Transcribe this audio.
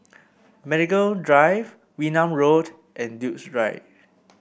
Medical Drive Wee Nam Road and Duke's Drive